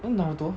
naruto